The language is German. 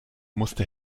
musste